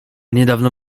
niedawno